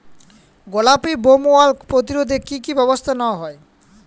গোলাপী বোলওয়ার্ম প্রতিরোধে কী কী ব্যবস্থা নেওয়া হয়?